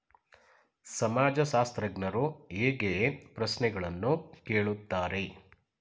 ಸಮಾಜಶಾಸ್ತ್ರಜ್ಞರು ಹೇಗೆ ಪ್ರಶ್ನೆಗಳನ್ನು ಕೇಳುತ್ತಾರೆ?